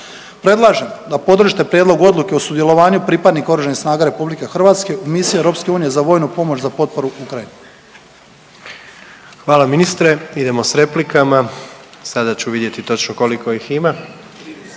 Predlažemo da podržite prijedlog odluke o sudjelovanju pripadnika Oružanih snaga Republike Hrvatske u misiji EU za vojnu pomoć za potporu Ukrajini. **Jandroković, Gordan (HDZ)** Hvala ministre. Idemo sa replikama. Sada ću vidjeti točno koliko ih ima.